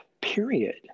period